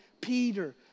Peter